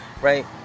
right